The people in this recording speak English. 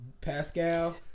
Pascal